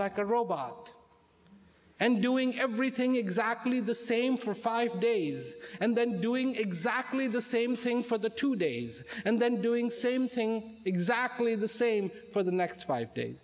like a robot and doing everything exactly the same for five days and then doing exactly the same thing for the two days and then doing same thing exactly the same for the next five days